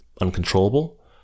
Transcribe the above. uncontrollable